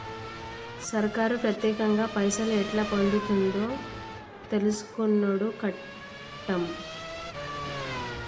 సర్కారు పత్యేకంగా పైసలు ఎట్లా పొందుతుందో తెలుసుకునుడు కట్టం